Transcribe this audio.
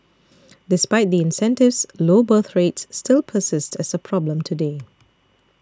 despite the incentives low birth rates still persist as a problem today